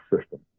system